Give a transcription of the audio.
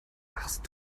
warst